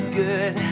good